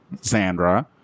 Sandra